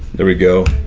there we go.